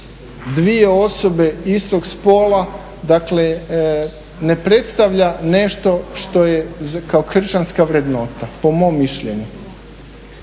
dvije osobe istog spola ne predstavlja nešto što je kao kršćanska vrednota po mom mišljenju,